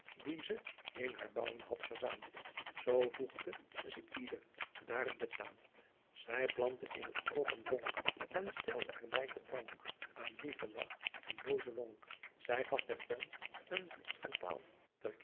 die z in haar bouwen had verzaamt zoo voegde z'ieder daar t betaamt zy plantte in't oogh een vonk en steld er by te pronk een lieven lach en looze lonk zy gaf der tong een vliet van taal